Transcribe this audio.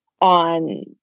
on